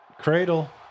Cradle